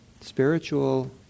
spiritual